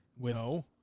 No